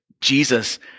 Jesus